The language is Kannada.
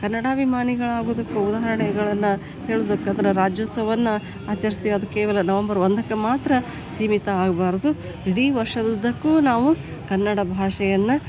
ಕನ್ನಡಾಭಿಮಾನಿಗಳು ಆಗುವುದಕ್ಕೂ ಉದಾಹರಣೆಗಳನ್ನ ಹೇಳ್ಬೇಕಂಡ್ರೆ ರಾಜ್ಯೋತ್ಸವನ್ನು ಆಚರಿಸ್ತೀವಿ ಅದು ಕೇವಲ ನವೆಂಬರ್ ಒಂದಕ್ಕೆ ಮಾತ್ರ ಸೀಮಿತ ಆಗಬಾರ್ದು ಇಡೀ ವರ್ಷದುದ್ದಕ್ಕೂ ನಾವು ಕನ್ನಡ ಭಾಷೆಯನ್ನು